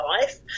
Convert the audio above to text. life